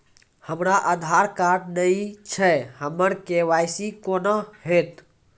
हमरा आधार कार्ड नई छै हमर के.वाई.सी कोना हैत?